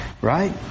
Right